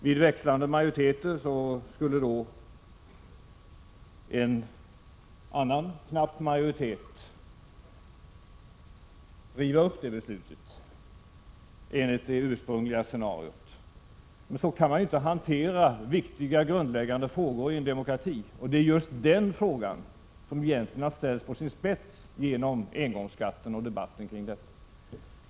Vid växlande majoriteter skulle då en annan knapp majoritet riva upp det beslutet, enligt det ursprungliga scenariot. Men så kan man ju inte hantera viktiga grundläggande frågor i en demokrati. Och det är just den frågan som har ställts på sin spets genom engångsskatten och debatten kring den.